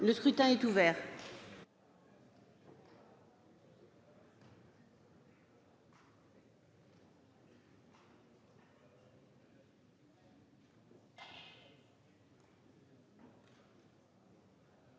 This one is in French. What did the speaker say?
Le scrutin est ouvert.